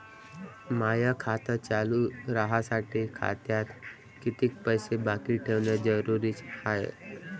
माय खातं चालू राहासाठी खात्यात कितीक पैसे बाकी ठेवणं जरुरीच हाय?